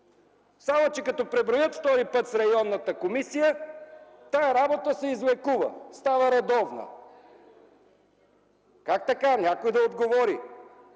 Само, че като преброят в районната комисия, тази работа се излекува, става редовна! Как така? Нека някой да отговори!